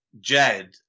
Jed